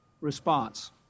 response